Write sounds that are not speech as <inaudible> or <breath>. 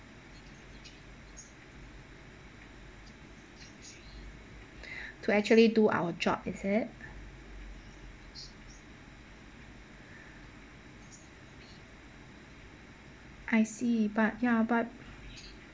<breath> to actually do our job is it I see but ya but